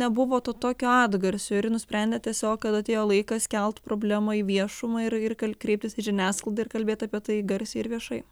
nebuvo to tokio atgarsio ir ji nusprendė tiesiog kad atėjo laikas kelt problemą į viešumą ir ir kal kreiptis į žiniasklaidą ir kalbėt apie tai garsiai ir viešai